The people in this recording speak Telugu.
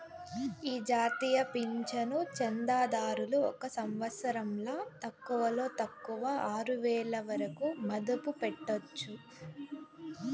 ఈ జాతీయ పింఛను చందాదారులు ఒక సంవత్సరంల తక్కువలో తక్కువ ఆరువేల వరకు మదుపు పెట్టొచ్చు